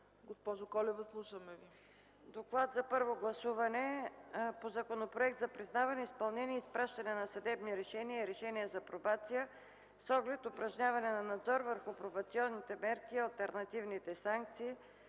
ЮЛИАНА КОЛЕВА: „ДОКЛАД за първо гласуване по Законопроект за признаване, изпълнение и изпращане на съдебни решения и решения за пробация с оглед упражняване на надзор върху пробационните мерки и алтернативните санкции,